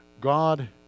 God